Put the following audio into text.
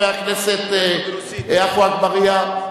חבר הכנסת עפו אגבאריה.